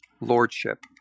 lordship